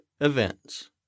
events